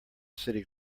city